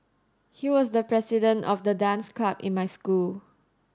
he was the president of the dance club in my school